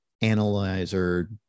analyzer